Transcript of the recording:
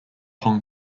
hong